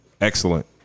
excellent